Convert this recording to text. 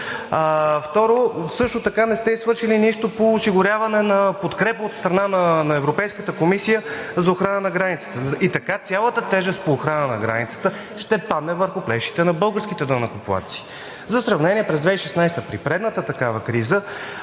Второ, също така не сте свършили нищо по осигуряване на подкрепа от страна на Европейската комисия за охрана на границата. Така цялата тежест по охрана на границата ще падне върху плещите на българските данъкоплатци. За сравнение през 2016 г. при предната такава криза